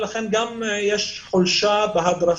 ולכן יש גם חולשה בהדרכה,